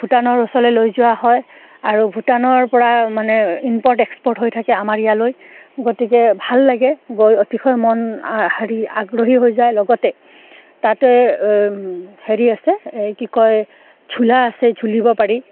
ভূটানৰ ওচৰলৈ লৈ যোৱা হয় আৰু ভূটানৰ পৰা মানে ইম্পৰ্ট এক্সপৰ্ট হৈ থাকে আমাৰ ইয়ালৈ গতিকে ভাল লাগে গৈ অতিশয় মন হেৰি আগ্ৰহী হৈ যায় লগতে তাতে হেৰি আছে এই কি কয় ঝোলা আছে ঝুলিব পাৰি